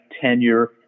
tenure